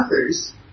others